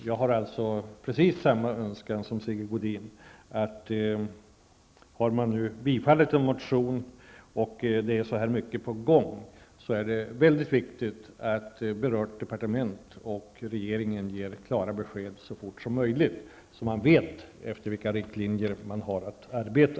Jag har precis samma önskan som Sigge Godin att om man har bifallit en motion och det är så mycket på gång, är det mycket viktigt att berört departement och regeringen ger klara besked så fort som möjligt, så att man vet efter vilka riktlinjer man har att arbeta.